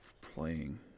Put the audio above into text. playing